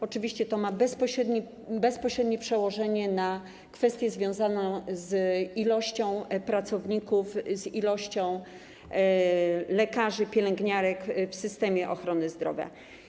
Oczywiście to ma bezpośrednie przełożenie na kwestię związaną z ilością pracowników, ilością lekarzy, pielęgniarek w systemie ochrony zdrowia.